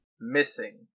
Missing